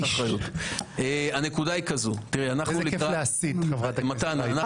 איזה כיף להסית, חברת הכנסת רייטן.